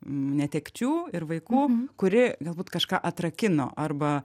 netekčių ir vaikų kuri galbūt kažką atrakino arba